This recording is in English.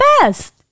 best